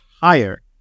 higher